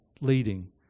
leading